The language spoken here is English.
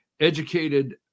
educated